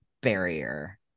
barrier